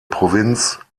provinz